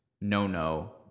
no-no